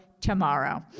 Tomorrow